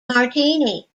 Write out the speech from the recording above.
martini